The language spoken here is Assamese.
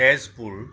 তেজপুৰ